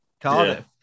Cardiff